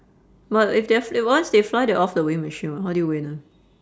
but if they fly once they fly they're off the weighing machine [what] how do you weigh them